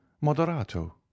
Moderato